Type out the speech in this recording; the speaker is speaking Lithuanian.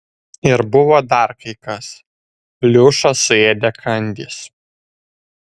ir buvo dar kai kas pliušą suėdė kandys